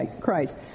Christ